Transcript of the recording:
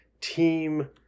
team